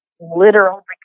literal